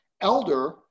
elder